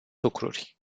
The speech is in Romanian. lucruri